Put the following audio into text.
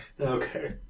Okay